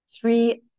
three